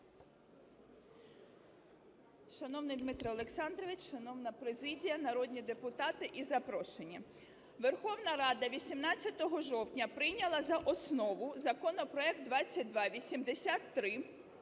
Шановний Дмитре Олександровичу, шановна президія, народні депутати і запрошені! Верховна Рада 18 жовтня прийняла за основу законопроект 2283